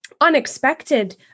unexpected